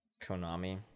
Konami